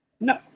No